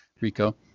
Rico